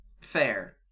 fair